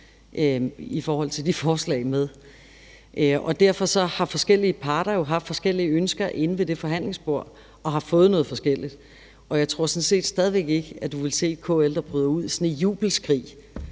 i forhold til de forslag. Derfor har forskellige parter jo haft forskellige ønsker inde ved det forhandlingsbord og har fået noget forskelligt, og jeg tror sådan set stadig væk ikke, at du vil se et KL, der bryder ud sådan i jubelskrig